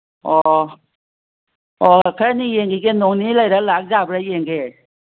ꯑꯣ ꯑꯣ ꯈꯔꯅꯤ ꯌꯦꯡꯒꯤꯒꯦ ꯅꯣꯡ ꯅꯤꯅꯤ ꯂꯩꯔ ꯂꯥꯛ ꯌꯥꯕ꯭ꯔ ꯌꯦꯡꯒꯦ